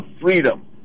freedom